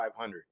500